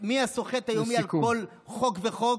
מי הסוחט היומי על כל חוק וחוק,